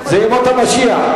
זה ימות המשיח.